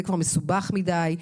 זה כבר מסובך מדי,